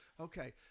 Okay